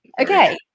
Okay